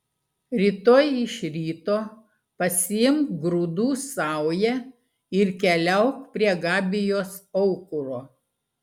rytoj iš ryto pasiimk grūdų saują ir keliauk prie gabijos aukuro